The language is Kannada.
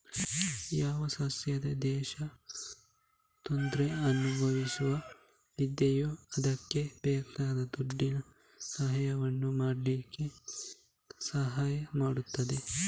ಯಾವ ಸದಸ್ಯ ದೇಶ ತೊಂದ್ರೆ ಅನುಭವಿಸ್ತಾ ಇದೆಯೋ ಅದ್ಕೆ ಬೇಕಾದ ದುಡ್ಡಿನ ಸಹಾಯವನ್ನು ಮಾಡ್ಲಿಕ್ಕೆ ಸಹಾಯ ಮಾಡ್ತದೆ